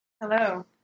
Hello